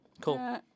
Cool